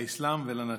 לאסלאם ולנצרות.